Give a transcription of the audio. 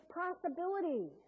possibility